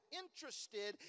interested